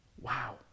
Wow